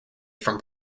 from